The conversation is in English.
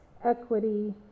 equity